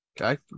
okay